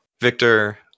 Victor